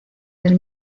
del